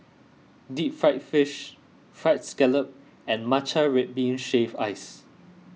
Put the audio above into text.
Deep Fried Fish Fried Scallop and Matcha Red Bean Shaved Ice